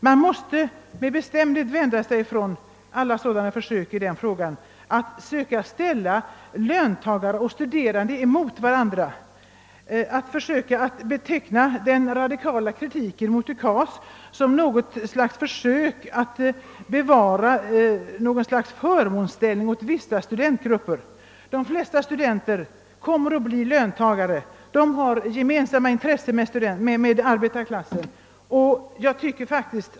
Man måste bestämt vända sig mot alla försök att ställa löntagare och studerande mot varandra, att beteckna den radikala kritiken mot UKAS som en önskan att bevara en förmånsställning åt vissa studentgrupper. De flesta studenter kommer att bli löntagare, och de har gemensamma intressen med arbetarklassen.